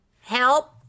help